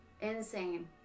insane